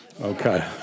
Okay